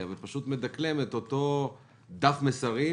האחד אחר השני ופשוט מדקלמים אותו דף מסרים.